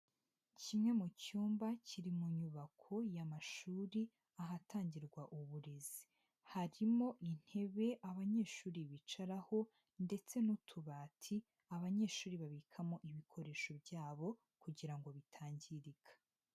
Kimwe mu cyumba kiri mu nyubako y'amashuri ahatangirwa uburezi, harimo intebe abanyeshuri bicaraho ndetse n'utubati abanyeshuri babikamo ibikoresho byabo kugira ngo bitangirika.